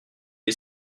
les